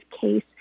case